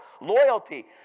loyalty